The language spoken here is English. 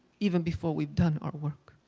even before we've done our work.